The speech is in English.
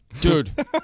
Dude